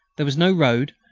there was no road,